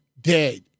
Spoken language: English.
dead